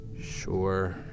Sure